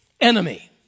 enemy